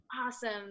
awesome